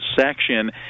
section